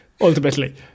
ultimately